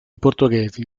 portoghesi